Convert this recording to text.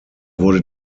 wurde